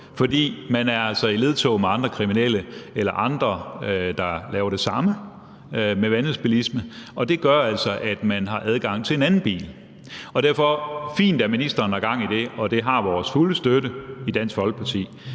for man er altså i ledtog med andre kriminelle eller andre, der laver det samme, hvad angår vanvidsbilisme, og det gør altså, at man har adgang til en anden bil. Det er fint, at ministeren har gang i det, og det har vores fulde støtte i Dansk Folkeparti,